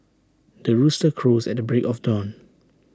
the rooster crows at the break of dawn